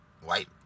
white